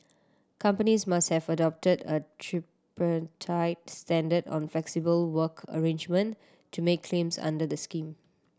companies must have adopted a tripartite standard on flexible work arrangement to make claims under the scheme